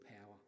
power